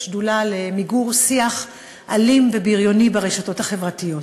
השדולה למיגור שיח אלים ובריוני ברשתות החברתיות.